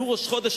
ראש חודש,